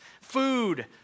food